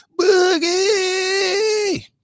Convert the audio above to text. boogie